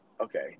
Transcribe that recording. Okay